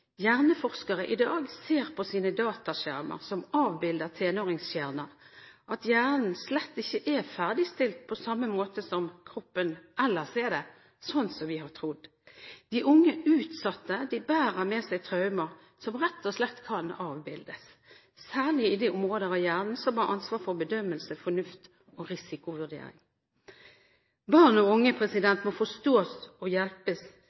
Hjerneforskere i dag ser på sine dataskjermer som avbilder tenåringshjerner, at hjernen slett ikke er ferdigstilt på samme måte som kroppen ellers er, slik som vi har trodd. De unge utsatte bærer med seg traumer som rett og slett kan avbildes, særlig i de områder av hjernen som har ansvar for bedømmelse, fornuft og risikovurdering. Barn og unge må forstås og hjelpes